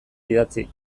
idatzi